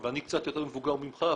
ואני קצת יותר מבוגר ממך אפילו,